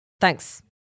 thanks